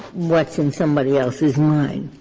what's in somebody else's mind?